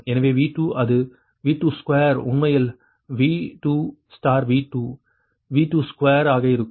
எனவே V2 அது V2 square உண்மையில் V2 V2 V2 ஸ்கொயர் ஆக இருக்கும்